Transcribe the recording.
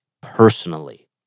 personally